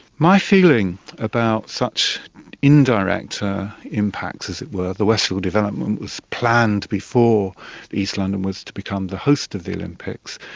my feeling about such indirect impacts, as it were the westfield development was planned before east london was to become the host of the olympics,